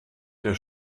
der